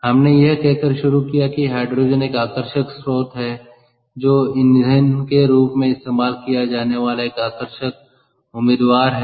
हमने यह कहकर शुरू किया कि हाइड्रोजन एक आकर्षक स्रोत है जो ईंधन के रूप में इस्तेमाल किया जाने वाला एक आकर्षक उम्मीदवार है